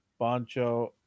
Boncho